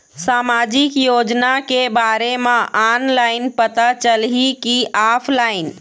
सामाजिक योजना के बारे मा ऑनलाइन पता चलही की ऑफलाइन?